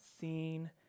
seen